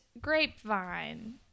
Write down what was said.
Grapevine